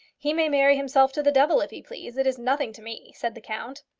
he may marry himself to the devil, if he please it is nothing to me, said the count.